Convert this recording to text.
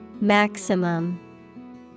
Maximum